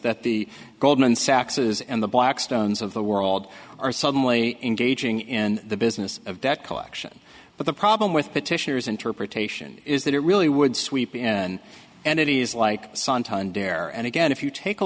that the goldman sachs's and the black stones of the world are suddenly engaging in the business of debt collection but the problem with petitioners interpretation is that it really would sweep in and it is like suntanned bear and again if you take a